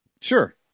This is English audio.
Sure